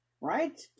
Right